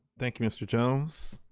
thank you mr. jones.